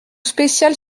spéciale